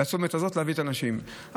להביא את האנשים לצומת הזה?